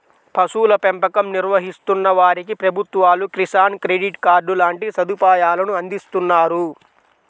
పశువుల పెంపకం నిర్వహిస్తున్న వారికి ప్రభుత్వాలు కిసాన్ క్రెడిట్ కార్డు లాంటి సదుపాయాలను అందిస్తున్నారు